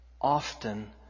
often